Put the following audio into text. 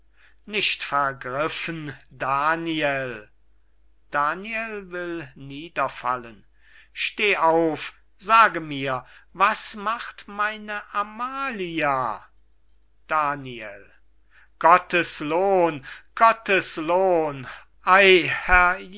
nicht vergriffen daniel daniel will niederfallen steh auf sage mir was macht meine amalia daniel gottes lohn gottes lohn